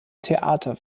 theater